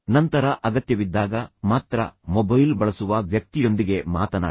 ನಂತರ ಅಗತ್ಯವಿದ್ದಾಗ ಮಾತ್ರ ಮೊಬೈಲ್ ಬಳಸುವ ವ್ಯಕ್ತಿಯೊಂದಿಗೆ ಮಾತನಾಡಿ